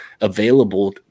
available